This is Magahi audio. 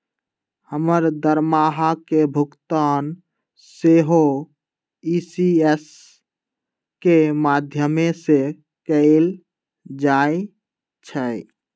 हमर दरमाहा के भुगतान सेहो इ.सी.एस के माध्यमें से कएल जाइ छइ